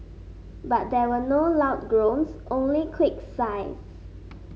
but there were no loud groans only quick sighs